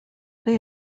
they